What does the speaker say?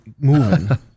Moving